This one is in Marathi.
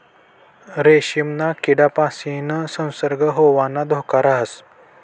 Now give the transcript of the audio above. रेशीमना किडापासीन संसर्ग होवाना धोका राहस